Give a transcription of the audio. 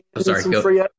sorry